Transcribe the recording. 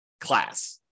class